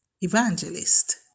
Evangelist